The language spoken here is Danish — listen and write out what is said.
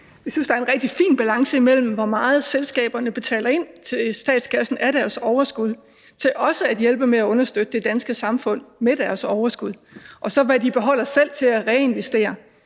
Jeg synes, der er en rigtig fin balance imellem, hvor meget selskaberne betaler ind til statskassen af deres overskud til også at hjælpe med at understøtte det danske samfund med deres overskud, og hvad de så beholder selv til at reinvestere.